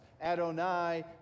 Adonai